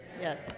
Yes